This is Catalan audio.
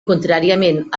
contràriament